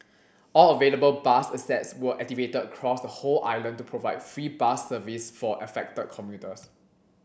all available bus assets were activated across the whole island to provide free bus service for affected commuters